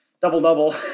double-double